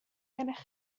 gennych